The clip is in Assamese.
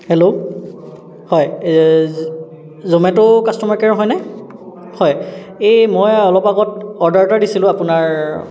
হেল্ল' হয় জমেট' কাষ্টমাৰ কেয়াৰ হয়নে হয় এই মই অলপ আগত অৰ্ডাৰ এটা দিছিলোঁ আপোনাৰ